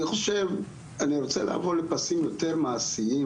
אני חושב, אני רוצה לעבור לפסים יותר מעשיים,